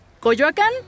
Coyoacán